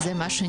איפה זה